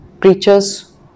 preachers